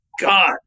God